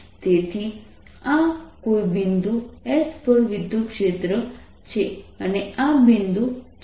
તેથી આ કોઈ બિંદુ s પર વિદ્યુતક્ષેત્ર છે અને આ બિંદુ ચાર્જ છે